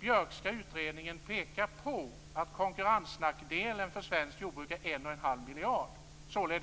Björkska utredningen pekar på att konkurrensnackdelen för svenskt jordbruk är 1 1⁄2 miljard kronor.